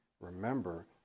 Remember